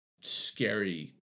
scary